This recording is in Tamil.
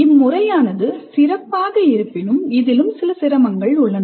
இம்முறையானது சிறப்பாக இருப்பினும் இதில் சில சிரமங்கள் உள்ளன